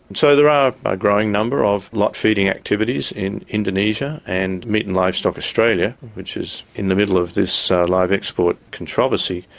so there are a growing number of lot feeding activities in indonesia and meat and livestock australia which is in the middle of this live export controversy,